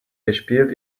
gespielt